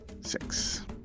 Six